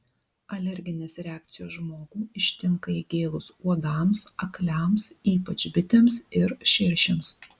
alerginės reakcijos žmogų ištinka įgėlus uodams akliams ypač bitėms ir širšėms